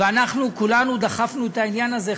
אנחנו כולנו דחפנו את העניין הזה,